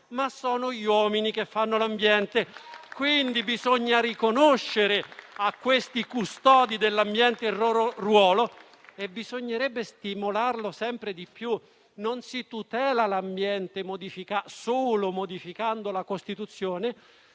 **(ore 15,41)** (*Segue* PAZZAGLINI). Quindi, bisogna riconoscere a questi custodi dell'ambiente il loro ruolo e bisognerebbe stimolarlo sempre di più. Non si tutela l'ambiente solo modificando la Costituzione;